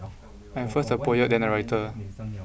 I am first a poet then a writer